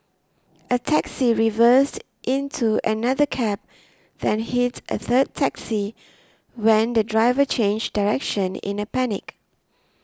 a taxi reversed into another cab then hit a third taxi when the driver changed direction in a panic